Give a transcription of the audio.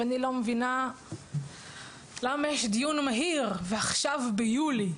ואני לא מבינה למה יש דיון מהיר ועכשיו ביולי.